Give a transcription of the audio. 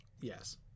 Yes